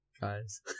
Guys